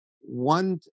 one